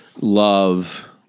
love